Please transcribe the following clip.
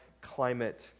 climate